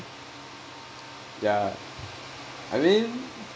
ya I mean